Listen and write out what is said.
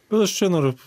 aš čia noriu